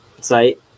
site